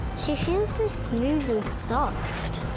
she feels so smooth and soft.